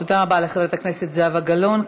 תודה רבה לחברת הכנסת זהבה גלאון.